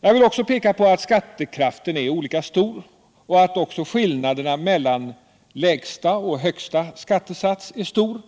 Jag vill även peka på att skattekraften är olika stor och att också skillnaderna mellan lägsta och högsta skattesats är stor.